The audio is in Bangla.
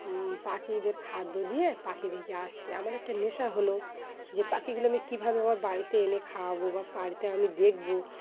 পাখিদের খাদ্য দিয়ে পাখি দেখে আসছি আমার একটা নেশা হলো যে পাখিগুলো আমি কীভাবে আমার বাড়িতে এনে খাওয়াবো বা পাড়িতে আমি দেখবো